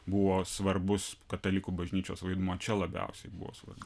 buvo svarbus katalikų bažnyčios vaidmuo čia labiausiai buvo svarbu